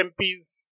MPs